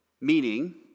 meaning